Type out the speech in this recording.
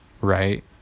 right